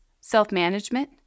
self-management